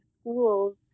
schools